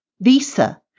Visa